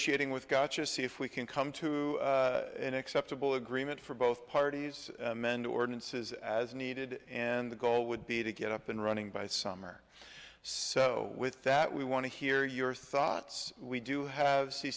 negotiating with gotcha see if we can come to an acceptable agreement for both parties mend ordinances as needed and the goal would be to get up and running by summer so with that we want to hear your thoughts we do have c